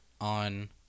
on